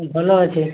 ଭଲ ଅଛି